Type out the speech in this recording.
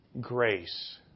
grace